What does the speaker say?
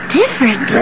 different